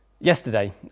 Yesterday